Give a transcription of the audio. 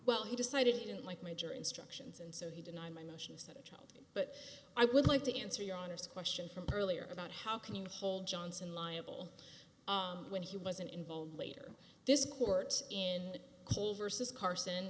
well he decided he didn't like major instructions and so he denied my motion he said a child but i would like to answer your honor's question from earlier about how can you hold johnson liable when he wasn't involved later this court in versus carson